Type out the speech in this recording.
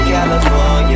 California